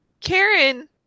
Karen